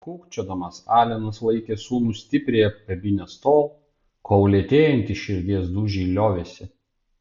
kūkčiodamas alenas laikė sūnų stipriai apkabinęs tol kol lėtėjantys širdies dūžiai liovėsi